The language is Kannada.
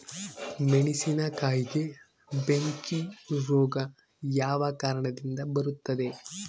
ಮೆಣಸಿನಕಾಯಿಗೆ ಬೆಂಕಿ ರೋಗ ಯಾವ ಕಾರಣದಿಂದ ಬರುತ್ತದೆ?